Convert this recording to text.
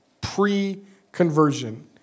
pre-conversion